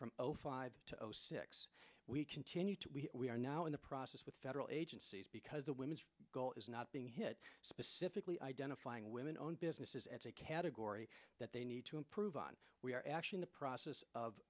from zero five to zero six we continue to we are now in the process with federal agencies because the women's goal is not being hit specifically identifying women owned businesses as a category that they need to improve on we are actually in the process of